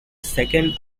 second